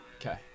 Okay